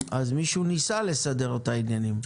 אז מישהו ניסה לסדר את העניינים.